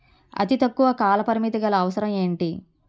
అతి తక్కువ కాల పరిమితి గల అవసరం ఏంటి